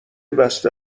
بسته